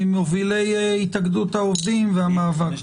ממובילי התאגדות העובדים והמאבק.